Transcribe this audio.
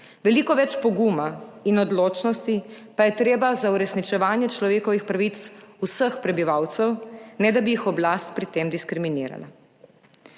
veliko več poguma in odločnosti pa je treba za uresničevanje človekovih pravic vseh prebivalcev, ne da bi jih oblast pri tem diskriminirala.«